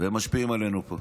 והם משפיעים עלינו פה.